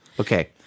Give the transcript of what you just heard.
Okay